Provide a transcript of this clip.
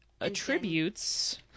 attributes